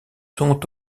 sont